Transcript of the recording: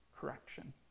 correction